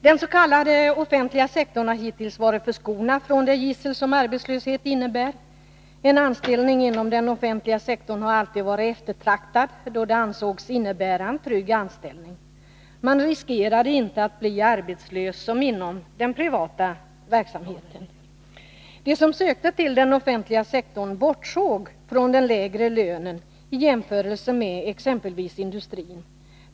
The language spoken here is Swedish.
Den s.k. offentliga sektorn har hittills varit förskonad från det gissel som arbetslöshet innebär. En anställning inom den offentliga sektorn har alltid varit eftertraktad. Det har ansetts innebära en trygg anställning. Man riskerade inte att bli arbetslös som inom den privata verksamheten. De som sökte till den offentliga sektorn bortsåg från den lägre lönen i jämförelse med exempelvis industrin.